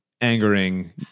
angering